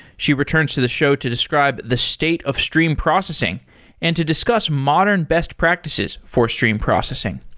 she returns to the show to describe the state of stream processing and to discuss modern best practices for stream processing.